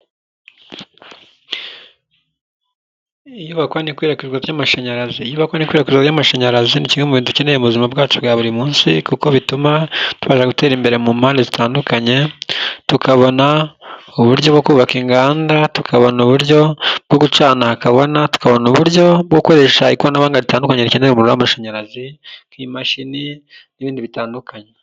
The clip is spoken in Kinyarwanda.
Iyubakwa n'ikwirakwizwa ry'amashanyarazi, iyubakwa n'ikwirakwizwa ry'amashanyarazi ni kimwe mu bintu dukeneye mu buzima bwacu bwa buri munsi kuko bituma tubasha gutera imbere mu mpande zitandukanye, tukabona uburyo bwo kubaka inganda, tukabona uburyo bwo gucana hakabona, tukabona uburyo bwo gukoresha ikoranabuhanga ritandukanye rikene amashanyarazi nk'imashini n'ibindi bitandukanye.